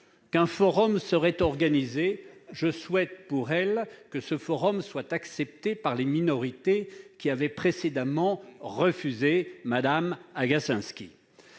qu'un forum serait organisé ... Je souhaite pour elle que ce forum soit accepté par les minorités qui avaient précédemment refusé l'intervention